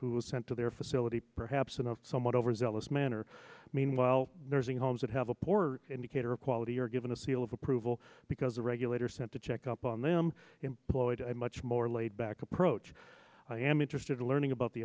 who was sent to their facility perhaps in a somewhat overzealous manner meanwhile nursing homes that have a poor indicator of quality are given a seal of approval because a regulator sent to check up on them employed a much more laid back approach i am interested in learning about the